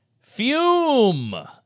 Fume